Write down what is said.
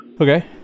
Okay